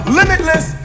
limitless